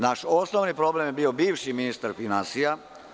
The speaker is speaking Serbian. Naš osnovni problem je bio bivši ministar finansija.